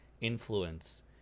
influence